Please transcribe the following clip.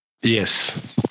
yes